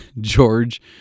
George